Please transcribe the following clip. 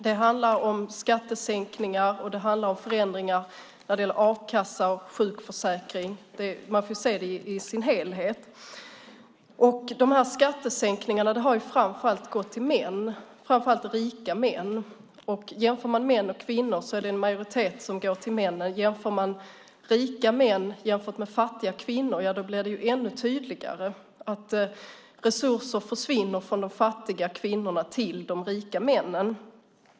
Det handlar om skattesänkningar och förändringar när det gäller a-kassa och sjukförsäkring. Man måste se det i sin helhet. Skattesänkningarna har framför allt gått till män och framför allt till rika män. Jämför man män och kvinnor går en majoritet av sänkningarna till männen. Jämför man rika män och fattiga kvinnor blir det ännu tydligare att resurser försvinner från de fattiga kvinnorna till de rika männen.